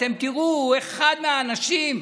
אתם תראו איך הוא אחד מהאנשים,